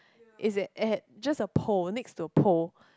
it's at just a pole next to a pole